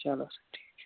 چلو اَسا ٹھیٖک چھُ